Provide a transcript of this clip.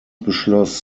beschloss